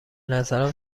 نظرم